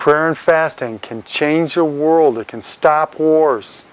prayer and fasting can change your world it can stop wars